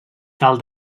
cal